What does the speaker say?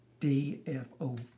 DFO